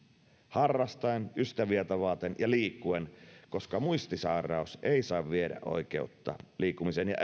harrastaen ystäviä tavaten ja liikkuen koska muistisairaus ei saa viedä oikeutta liikkumiseen ja